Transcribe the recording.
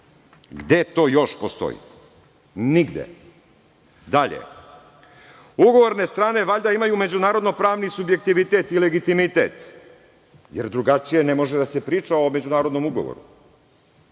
Gde to još postoji? Nigde. Dalje, ugovorne strane valjda imaju međunarodno-pravni subjektivitet i legitimitet, jer drugačije ne može da se priča o međunarodnom ugovoru.